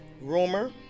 rumor